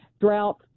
drought